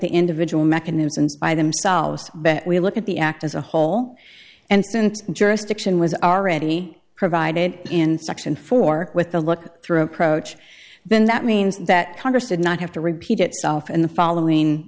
the individual mechanisms by themselves bet we look at the act as a whole and since jurisdiction was already provided in section four with the look through approach then that means that congress did not have to repeat itself in the following